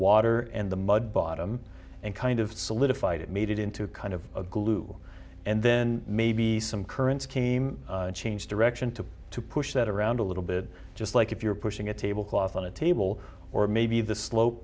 water and the mud bottom and kind of solidified it made it into a kind of glue and then maybe some current scheme change direction to push that around a little bit just like if you're pushing a tablecloth on a table or maybe the slo